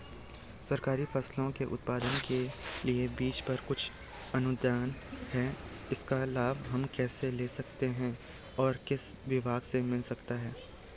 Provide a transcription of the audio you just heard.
सरकारी फसलों के उत्पादन के लिए बीज पर कुछ अनुदान है इसका लाभ हम कैसे ले सकते हैं और किस विभाग से मिल सकता है?